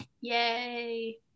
Yay